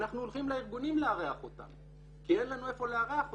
אנחנו הולכים לארגונים לארח אותם כי אין לנו איפה לארח אותם.